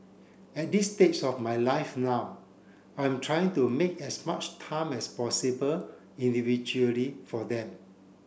at this stage of my life now I'm trying to make as much time as possible individually for them